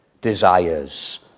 desires